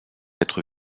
être